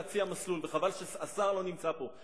וחבל שהשר לא נמצא פה.